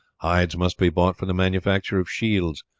hides must be bought for the manufacture of shields.